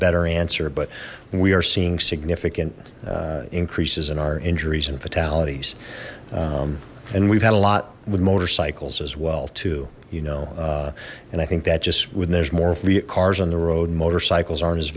better answer but we are seeing significant increases in our injuries and fatalities and we've had a lot with motorcycles as well too you know and i think that just when there's more fiat cars on the road and motorcycles aren't as